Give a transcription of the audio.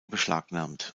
beschlagnahmt